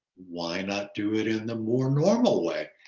why not do it in the more normal way?